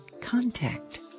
Contact